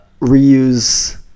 reuse